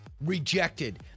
Rejected